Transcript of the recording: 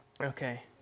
Okay